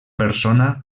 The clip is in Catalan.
persona